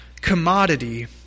commodity